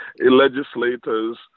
legislators